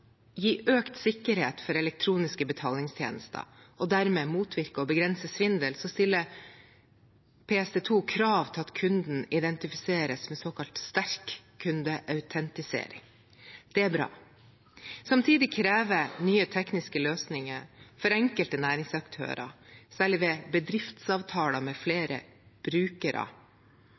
gi økt sikkerhet for elektroniske betalingstjenester og dermed motvirke og begrense svindel stiller PSD 2 krav til at kunden identifiseres med såkalt sterk kundeautentisering. Det er bra. Samtidig kreves nye tekniske løsninger for enkelte næringsaktører, særlig ved bedriftsavtaler med flere brukere.